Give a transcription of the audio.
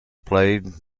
played